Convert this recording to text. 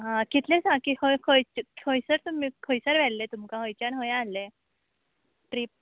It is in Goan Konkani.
हा कितले सा कि खंय खंयच् खंयसर तुमी खंयसर व्हेल्लें तुमकां हंयचान हंय हाळ्ळें ट्रीप